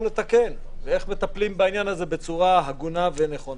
לתקן ואיך מטפלים בעניין הזה בצורה הגונה ונכונה.